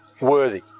Worthy